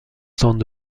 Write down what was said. centres